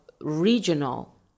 regional